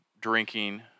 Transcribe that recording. Drinking